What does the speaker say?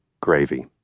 gravy